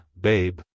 babe